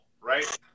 right